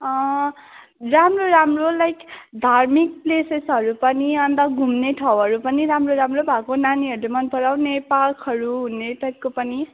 राम्रो राम्रो लाइक धार्मिक प्लेसेसहरू पनि अन्त घुम्ने ठाउँहरू पनि राम्रो राम्रो भएको नानीहरूले मन पराउने पार्कहरू हुने टाइपको पनि